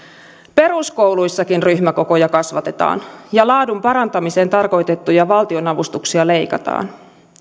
peruskouluissakin ryhmäkokoja kasvatetaan ja laadun parantamiseen tarkoitettuja valtionavustuksia leikataan